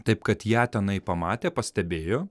taip kad ją tenai pamatė pastebėjo